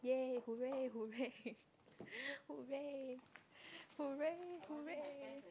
!yay! !hooray! !hooray! !hooray! !hooray! !hooray!